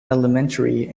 elementary